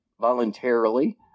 voluntarily